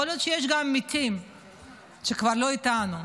יכול להיות שיש גם מתים שכבר לא איתנו.